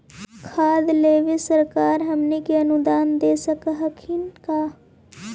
खाद लेबे सरकार हमनी के अनुदान दे सकखिन हे का?